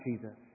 Jesus